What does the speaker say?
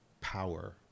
power